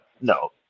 no